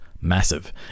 Massive